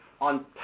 on